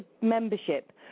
membership